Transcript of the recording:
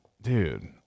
dude